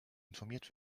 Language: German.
informiert